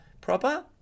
proper